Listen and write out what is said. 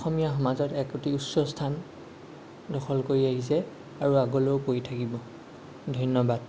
অসমীয়া সমাজত এক অতি উচ্চ স্থান দখল কৰি আহিছে আৰু আগলৈও কৰি থাকিব ধন্যবাদ